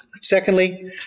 Secondly